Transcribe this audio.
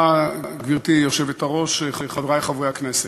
גברתי היושבת-ראש, תודה, חברי חברי הכנסת,